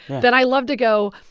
then i love to go,